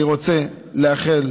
אני רוצה לאחל